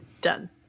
Done